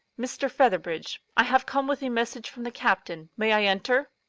mr. featherbridge. i have come with a message from the captain. may i enter?